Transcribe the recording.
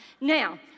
now